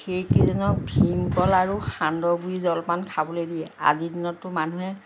সেইকেইজনক ভীমকল আৰু সান্দহ গুড়িৰ জলপান খাবলৈ দিয়ে আজিৰ দিনততো মানুহে